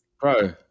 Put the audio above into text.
Bro